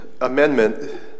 amendment